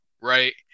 right